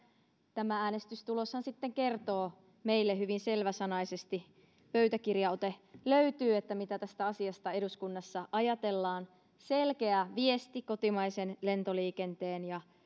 tämä äänestystuloshan sitten kertoo meille hyvin selväsanaisesti pöytäkirjaote löytyy mitä tästä asiasta eduskunnassa ajatellaan selkeä viesti kotimaisen lentoliikenteen ja